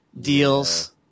deals